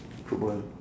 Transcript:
football